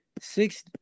six